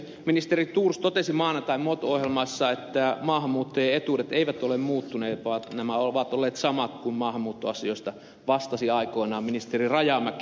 ministeri thors totesi maanantain mot ohjelmassa että maahanmuuttajien etuudet eivät ole muuttuneet vaan ne ovat olleet samat silloin kun maahanmuuttoasioista vastasi aikoinaan ministeri rajamäki